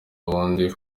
wundi